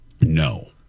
No